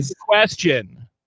question